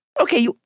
okay